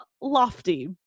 lofty